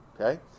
Okay